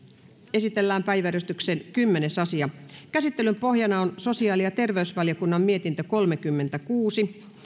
esitellään päiväjärjestyksen kymmenes asia käsittelyn pohjana on sosiaali ja terveysvaliokunnan mietintö kolmekymmentäkuusi